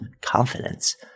confidence